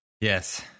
Yes